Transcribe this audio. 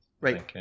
Right